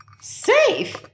Safe